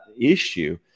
issue